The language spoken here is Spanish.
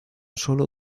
sólo